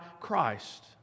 Christ